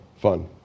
fun